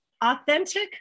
authentic